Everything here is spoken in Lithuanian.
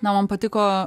na man patiko